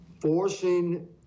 forcing